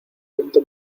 viento